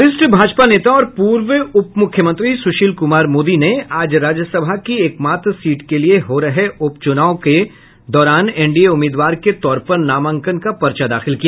वरिष्ठ भाजपा नेता और पूर्व उप मुख्यमंत्री सुशील कुमार मोदी ने आज राज्यसभा की एकमात्र सीट के लिये एनडीए उम्मीदवार के तौर पर नामांकन का पर्चा दाखिल किया